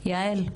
יעל,